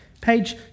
Page